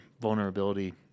vulnerability